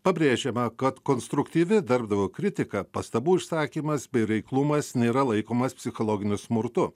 pabrėžiama kad konstruktyvi darbdavio kritika pastabų išsakymas bei reiklumas nėra laikomas psichologiniu smurtu